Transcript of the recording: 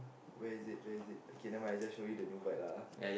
where is it where is it okay never mind I just show you the new bike lah ah